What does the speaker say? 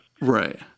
Right